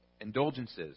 Indulgences